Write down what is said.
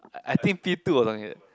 I I think P two or something